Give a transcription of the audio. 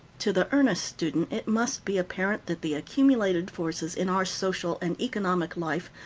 to the earnest student it must be apparent that the accumulated forces in our social and economic life,